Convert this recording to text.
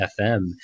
FM